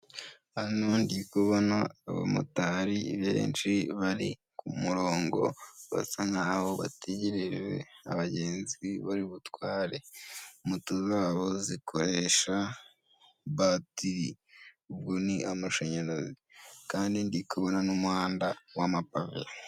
Hano ndi kubona abamotari benshi bari ku murongo basa nkaho bategereje abagenzi bari butware. Moto zabo zikoresha batiri ubwo ni amashanyarazi kandi ndi kubona n'umuhanda w'amapave.